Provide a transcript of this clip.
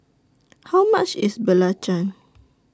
How much IS Belacan